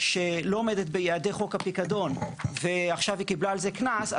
שלא עומדת ביעדי חוק הפיקדון ועכשיו קיבלה על זה קנס,